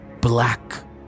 black